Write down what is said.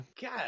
God